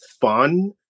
fun